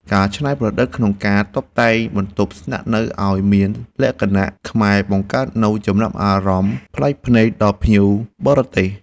ការច្នៃប្រឌិតក្នុងការតុបតែងបន្ទប់ស្នាក់នៅឱ្យមានលក្ខណៈខ្មែរបង្កើតនូវចំណាប់អារម្មណ៍ប្លែកភ្នែកដល់ភ្ញៀវបរទេស។